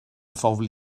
phobl